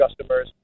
customers